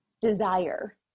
desire